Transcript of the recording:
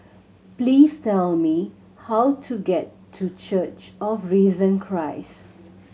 please tell me how to get to Church of Risen Christ